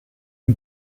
une